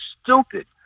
stupid